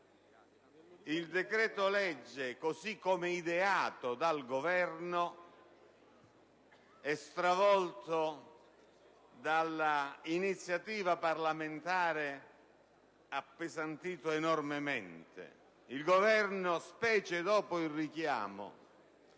il decreto‑legge, così come ideato dal Governo e stravolto dall'iniziativa parlamentare, appesantito enormemente. Il Governo, specie dopo il richiamo